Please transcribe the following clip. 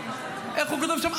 איך הוא כתב שם?